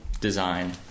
design